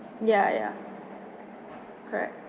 ya ya correct